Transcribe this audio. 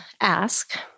ask